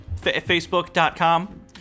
facebook.com